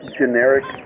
generic